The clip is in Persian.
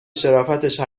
شرافتش